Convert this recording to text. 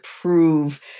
prove